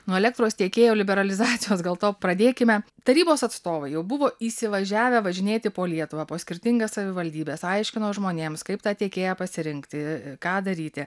nuo elektros tiekėjo liberalizacijos gal to pradėkime tarybos atstovai jau buvo įsivažiavę važinėti po lietuvą po skirtingas savivaldybes aiškino žmonėms kaip tą tiekėją pasirinkti ką daryti